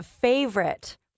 favorite